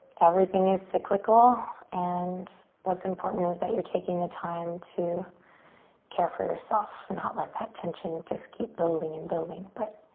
everything is cyclical and what's important is that you're taking the time to care for yourself. not let that tension just keep building and building but